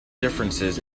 differences